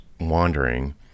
wandering